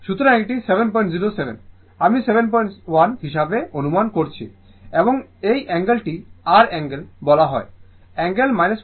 সুতরাং এটি 707 আমি 71 হিসাবে আনুমান করেছি এবং এই অ্যাঙ্গেলটি r অ্যাঙ্গেল বলা হয় অ্যাঙ্গেল 45o